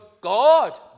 God